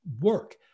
work